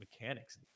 mechanics